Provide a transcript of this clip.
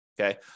okay